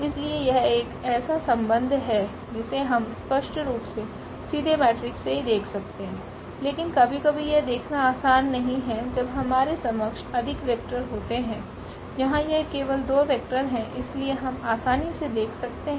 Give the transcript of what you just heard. इसलिए यह एक ऐसा संबंध है जिसे हम स्पष्ट रूप से सीधे मेट्रिक्स से ही देख सकते हैं लेकिन कभी कभी यह देखना आसान नहीं है जब हमारे समक्ष अधिक वेक्टर होते हैं यहाँ यह केवल दो वेक्टर है इसलिए हम आसानी से देख सकते हैं